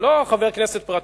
לא חבר כנסת פרטי,